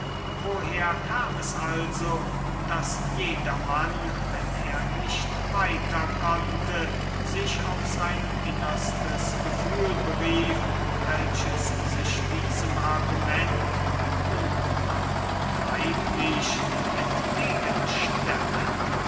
woher kam es also daß jedermann wenn er nicht weiter konnte sich auf sein innerstes gefühl berief welches sich diesem argument